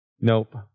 Nope